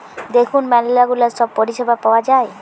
দেখুন ম্যালা গুলা সব পরিষেবা পাওয়া যায়